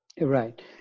Right